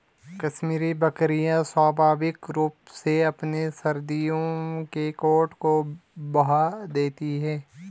कश्मीरी बकरियां स्वाभाविक रूप से अपने सर्दियों के कोट को बहा देती है